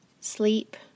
sleep